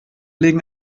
legen